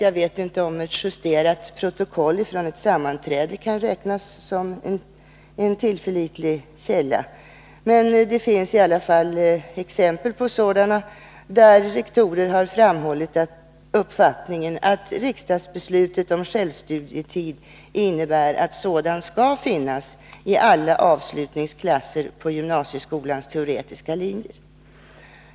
Jag vet inte om ett justerat protokoll från ett sammanträde kan räknas som en tillförlitlig källa, men det finns i alla fall exempel på att rektorer har gett uttryck åt uppfattningen att riksdagsbeslutet om självstudietid innnebär att sådan skall finnas i alla avslutningsklasser på gymnasieskolans teoretiska linjer.